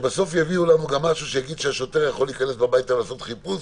שבסוף יביאו לנו גם משהו שיגיד שהשוטר יכול להיכנס הביתה לעשות חיפוש